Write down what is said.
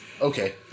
Okay